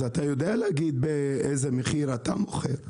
אז אתה יודע לומר בכמה אתה מוכר.